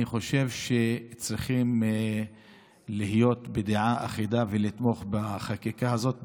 אני חושב שצריכים להיות בדעה אחידה ולתמוך בחקיקה הזאת,